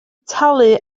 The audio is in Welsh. talu